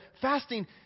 fasting